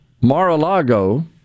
Mar-a-Lago